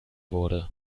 wurde